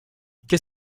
qu’est